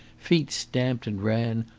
feet stamped and ran,